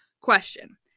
question